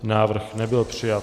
Návrh nebyl přijat.